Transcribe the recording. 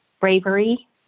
bravery